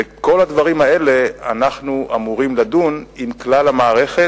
בכל הדברים האלה אנחנו אמורים לדון עם כלל המערכת,